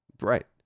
Right